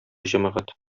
җәмәгать